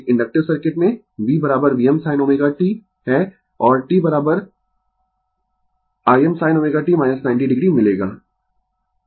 एक inductive circuit में V Vm sin ω t है और T Im sin ω t 90 o मिलेगा